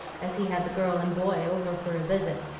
as he had the girl and boy over for a visit.